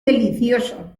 delicioso